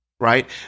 right